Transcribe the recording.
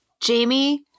Jamie